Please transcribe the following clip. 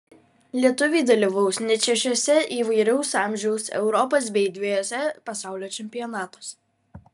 lietuviai dalyvaus net šešiuose įvairaus amžiaus europos bei dvejuose pasaulio čempionatuose